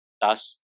Thus